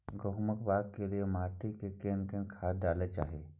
गहुम बाग के लिये माटी मे केना कोन खाद डालै के चाही?